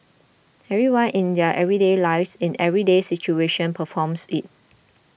everyone in their everyday lives in everyday situation performs it